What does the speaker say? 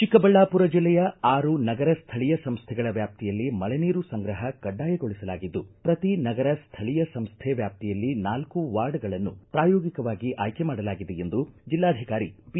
ಚಿಕ್ಕಬಳ್ಳಾಮರ ಜಿಲ್ಲೆಯ ಆರು ನಗರ ಸ್ಥಳೀಯ ಸಂಸ್ಥೆಗಳ ವ್ಯಾಪ್ತಿಯಲ್ಲಿ ಮಳೆ ನೀರು ಸಂಗ್ರಪ ಕಡ್ಡಾಯಗೊಳಿಸಲಾಗಿದ್ದು ಪ್ರತಿ ನಗರ ಸ್ಥಳೀಯ ಸಂಸ್ಥೆ ವ್ಯಾಪ್ತಿಯಲ್ಲಿ ನಾಲ್ಕು ವಾರ್ಡ್ಗಳನ್ನು ಪ್ರಾಯೋಗಿಕವಾಗಿ ಆಯ್ಕೆ ಮಾಡಲಾಗಿದೆ ಎಂದು ಜಿಲ್ಲಾಧಿಕಾರಿ ಪಿ